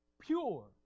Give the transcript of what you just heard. pure